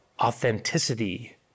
authenticity